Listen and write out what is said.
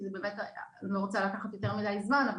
כי זה באמת יקח יותר מידי זמן שאני לא רוצה לקחת,